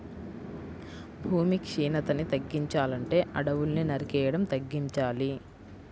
భూమి క్షీణతని తగ్గించాలంటే అడువుల్ని నరికేయడం తగ్గించాలి